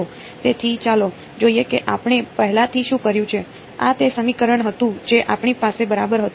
તેથી ચાલો જોઈએ કે આપણે પહેલાથી શું કર્યું છે આ તે સમીકરણ હતું જે આપણી પાસે બરાબર હતું